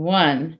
one